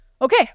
Okay